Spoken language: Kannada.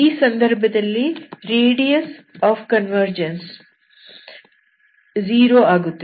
ಈ ಸಂದರ್ಭದಲ್ಲಿ ರೇಡಿಯಸ್ ಆಫ್ ಕನ್ವರ್ಜನ್ಸ್ 0 ಆಗುತ್ತದೆ